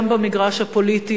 גם במגרש הפוליטי,